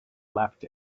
left